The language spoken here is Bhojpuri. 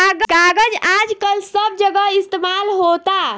कागज आजकल सब जगह इस्तमाल होता